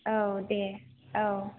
औ दे औ